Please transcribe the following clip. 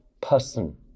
person